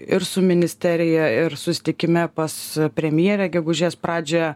ir su ministerija ir susitikime pas premjerę gegužės pradžioje